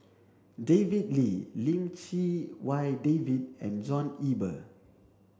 David Lee Lim Chee Wai David and John Eber